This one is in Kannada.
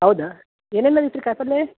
ಹೌದಾ ಏನೇನು ಬಂದಿತ್ತು ರೀ ಕಾಯಿಪಲ್ಲೆ